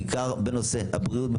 בעיקר בנושא הבריאות במדינת ישראל.